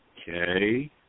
Okay